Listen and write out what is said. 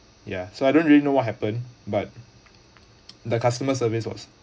ya so I don't really know what happen but the customer service was